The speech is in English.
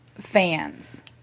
fans